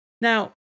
Now